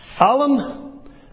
Alan